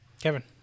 Kevin